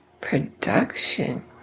production